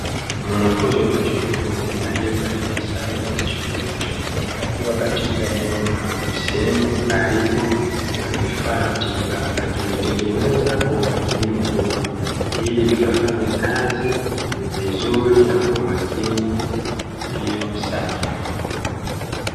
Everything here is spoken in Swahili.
Mwanafunzi wa chuo cha ufundi aliyevaalia srhare za chuo hicho akiwa katika eneo maalumu, sehemu alipo na vifaa tiba akivitengeneza kwa umakini mkubwa ili vikafanye kazi vizuri na kwa umakini ulio sanifu.